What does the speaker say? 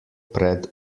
pred